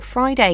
Friday